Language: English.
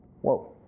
Whoa